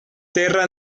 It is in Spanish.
terra